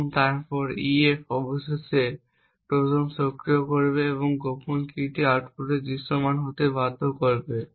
এবং তারপর একটি ef অবশেষে ট্রোজান সক্রিয় করবে এবং গোপন কীটি আউটপুটএ দৃশ্যমান হতে বাধ্য করবে